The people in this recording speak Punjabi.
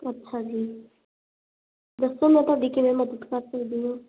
ਅੱਛਾ ਜੀ ਦੱਸੋ ਮੈਂ ਤੁਹਾਡੀ ਕਿਵੇਂ ਮਦਦ ਕਰ ਸਕਦੀ ਹਾਂ